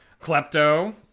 klepto